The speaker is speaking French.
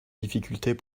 difficultés